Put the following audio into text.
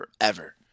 forever